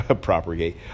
propagate